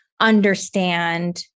understand